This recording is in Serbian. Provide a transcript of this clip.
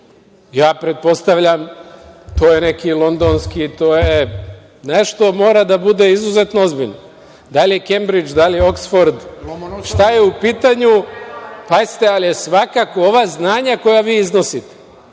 Ja pretpostavljam, to je neki londonski, to je nešto što je izuzetno ozbiljno, da li je Kembridž, da li je Oksford, šta je u pitanju… Pazite, ali svakako ova znanja koja vi iznosite,